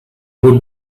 would